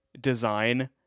design